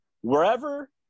wherever